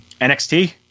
NXT